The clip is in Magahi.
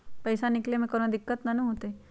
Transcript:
पईसा निकले में कउनो दिक़्क़त नानू न होताई?